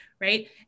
right